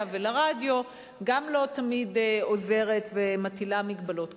ולרדיו לא תמיד עוזרת ומטילה מגבלות קשות.